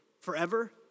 Forever